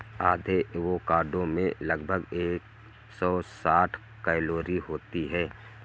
आधे एवोकाडो में लगभग एक सौ साठ कैलोरी होती है